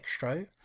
Extro